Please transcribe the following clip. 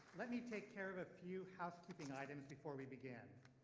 let me take care of a few housekeeping items before we begin.